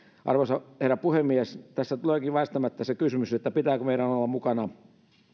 arvoisa herra puhemies tässä tuleekin väistämättä se kysymys pitääkö meidän olla mukana